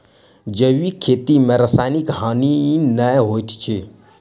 जैविक खेती में रासायनिक हानि नै होइत अछि